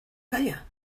calla